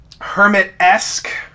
hermit-esque